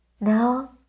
Now